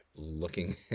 looking